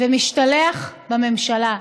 ומשתלח בממשלה.